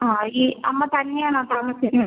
ആ ഈ അമ്മ തന്നെയാണോ താമസിക്കുന്നത്